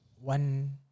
one